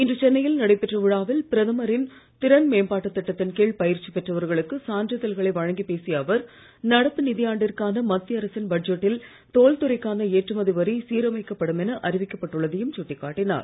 இன்று சென்னையில் நடைபெற்ற விழாவில் பிரதமரின் திறன் மேம்பாட்டுத் திட்டத்தின் கீழ் பயிற்சி பெற்றவர்களுக்கு சான்றிதழ்களை வழங்கிப் பேசிய அவர் நடப்பு நிதி ஆண்டிற்கான மத்திய அரசின் பட்ஜெட்டில் தோல் துறைக்கான ஏற்றுமதி வரி சீரமைக்கப்படும் என அறிவிக்கப் பட்டுள்ளதையும் சுட்டிக்காட்டினார்